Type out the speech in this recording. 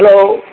hello